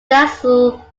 drexel